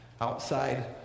outside